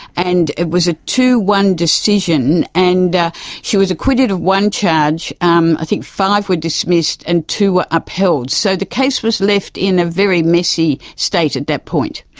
and it was a two one decision and she was acquitted of one charge, um i think five were dismissed and two were ah upheld. so the case was left in a very messy state at that point.